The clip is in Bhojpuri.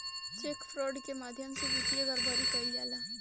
चेक फ्रॉड के माध्यम से वित्तीय गड़बड़ी कईल जाला